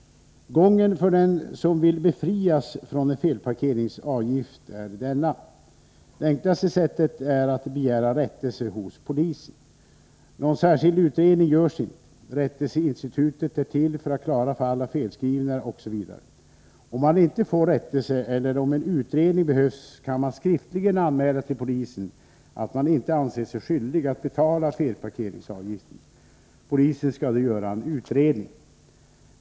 Gången för den som vill befrias från en felparkeringsavgift är denna: Det enklaste är att begära rättelse hos polisen. Någon särskild utredning görs inte. Rättelseinstitutet är till för klara fall av felskrivningar osv. Om man inte får rättelse eller om en utredning behövs kan man skriftligen anmäla till polisen att man inte anser sig skyldig att betala felparkeringsavgiften. Polisen skall då göra en utredning.